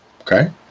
Okay